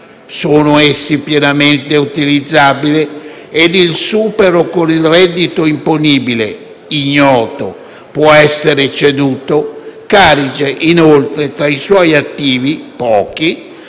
Sono essi pienamente utilizzabili? E il supero con il reddito imponibile (ignoto) può essere ceduto? Carige, inoltre, tra i suoi attivi - pochi